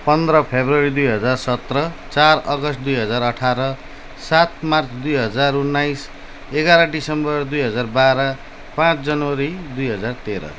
पन्ध्र फेब्रुअरी दुई हजार सत्र चार अगस्त दुई हजार अठार सात मार्च दुई हजार उन्नाइस एघार दिसम्बर दुई हजार बाह्र पाँच जनवरी दुई हजार तेह्र